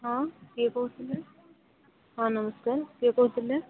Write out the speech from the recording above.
ହଁ କିଏ କହୁଥିଲେ ହଁ ନମସ୍କାର କିଏ କହୁଥିଲେ